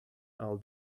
all